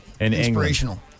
Inspirational